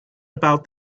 about